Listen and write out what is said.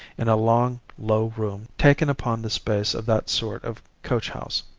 in a long low room taken upon the space of that sort of coach-house.